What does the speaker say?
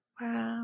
Wow